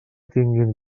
tinguin